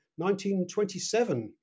1927